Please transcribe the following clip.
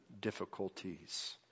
difficulties